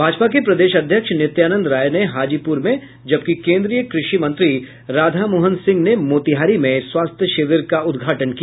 भाजपा के प्रदेश अध्यक्ष नित्यानंद राय ने हाजीपूर में जबकि केन्द्रीय कृषि मंत्री राधामोहन सिंह ने मोतिहारी में स्वास्थ्य शिविर का उद्घाटन किया